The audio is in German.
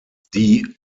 die